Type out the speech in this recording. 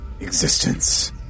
existence